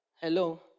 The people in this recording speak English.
Hello